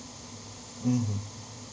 mmhmm